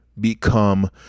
become